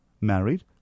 married